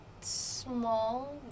small